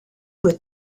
with